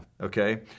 Okay